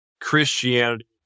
Christianity